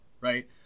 right